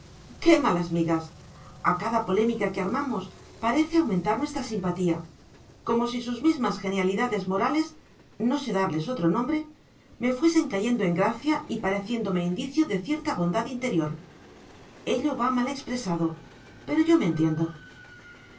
qué malas migas a cada polémica que armamos parece aumentar nuestra simpatía como si sus mismas genialidades morales no sé darles otro nombre me fuesen cayendo en gracia y pareciéndome indicio de cierta bondad interior ello va mal expresado pero yo me entiendo